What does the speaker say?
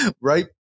Right